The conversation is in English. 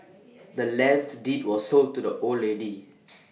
the land's deed was sold to the old lady